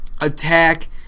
attack